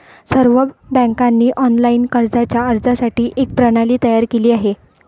सर्व बँकांनी ऑनलाइन कर्जाच्या अर्जासाठी एक प्रणाली तयार केली आहे